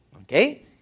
Okay